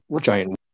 giant